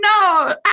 No